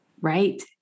right